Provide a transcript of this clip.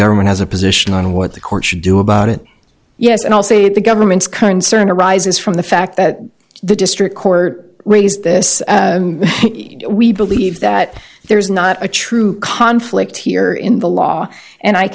government has a position on what the court should do about it yes and i'll say the government's current stern arises from the fact that the district court raised this we believe that there is not a true conflict here in the law and i